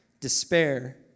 despair